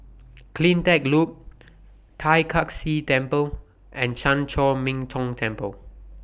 CleanTech Loop Tai Kak Seah Temple and Chan Chor Min Tong Temple